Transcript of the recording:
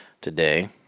today